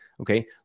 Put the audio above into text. Okay